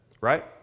Right